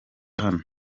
hano